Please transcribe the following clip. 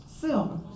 silver